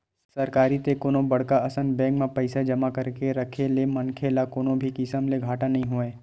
सरकारी ते कोनो बड़का असन बेंक म पइसा जमा करके राखे ले मनखे ल कोनो भी किसम ले घाटा नइ होवय